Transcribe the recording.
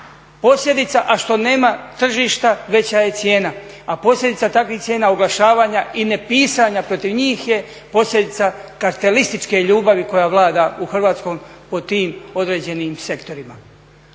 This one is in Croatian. posljedica a što nema tržišta veća je cijena, a posljedica takvih cijena oglašavanja i nepisanja protiv njih je posljedica kartelističke ljubavi koja vlada u Hrvatskoj po tim određenim sektorima.